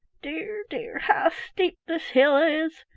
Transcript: dear, dear! how steep this hill is!